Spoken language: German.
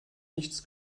nichts